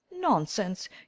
nonsense